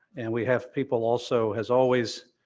and we have people also, as always,